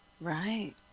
Right